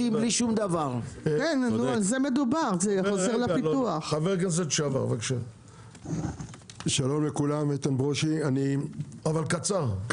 כי אין לנו בנייה רוויה למרות שעכשיו בונים ארבע קומות,